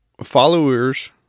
followers